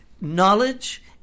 knowledge